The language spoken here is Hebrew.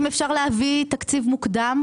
אם אפשר להביא תקציב מוקדם,